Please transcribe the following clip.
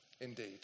indeed